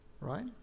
right